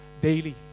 daily